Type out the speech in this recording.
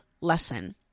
lesson